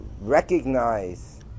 recognize